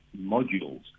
modules